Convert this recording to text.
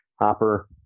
hopper